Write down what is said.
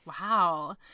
Wow